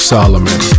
Solomon